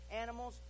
animals